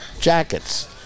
jackets